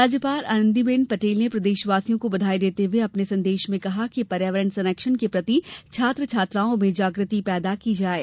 राज्यपाल आंनदीबेन पटेल ने प्रदेशवासियों को बधाई देते हुये अपने संदेश में कहा कि पर्यावरण संरक्षण के प्रति छात्र छात्राओं में जाग्रति पैदा की जाये